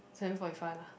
seven forty five lah